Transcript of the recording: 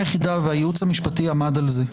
והייעוץ המשפטי עמד על זה,